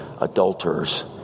adulterers